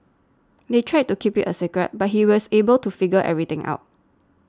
they tried to keep it a secret but he was able to figure everything out